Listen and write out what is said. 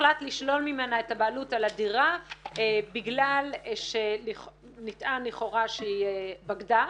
הוחלט לשלול ממנה את הבעלות על הדירה בגלל שנטען לכאורה שהיא בגדה.